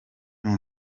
ati